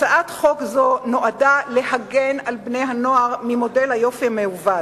הצעת חוק זו נועדה להגן על בני-הנוער ממודל היופי המעוות.